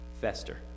fester